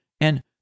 and